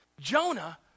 Jonah